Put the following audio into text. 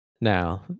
Now